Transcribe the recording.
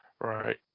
Right